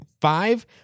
five